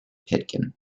pitkin